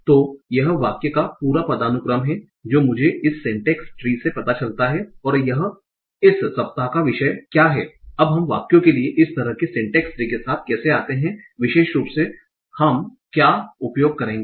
तो यह वाक्य का पूरा पदानुक्रम है जो मुझे इस सिंटैक्स ट्री से पता चलता है और यह इस सप्ताह का विषय क्या है हम कुछ वाक्यों के लिए इस तरह के सिंटैक्स ट्री के साथ कैसे आते हैं विशेष रूप से हम क्या उपयोग करेंगे